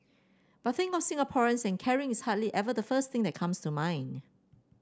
but think of Singaporeans and caring is hardly ever the first thing that comes to mind